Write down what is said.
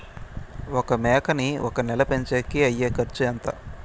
ఒక మేకని ఒక నెల పెంచేకి అయ్యే ఖర్చు ఎంత?